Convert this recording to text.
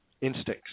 instincts